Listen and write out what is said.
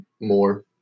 more